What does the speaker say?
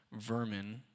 vermin